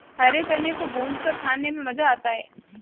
हरे चने को भूंजकर खाने में मज़ा आता है